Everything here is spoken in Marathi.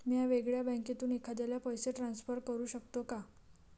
म्या वेगळ्या बँकेतून एखाद्याला पैसे ट्रान्सफर करू शकतो का?